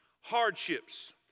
hardships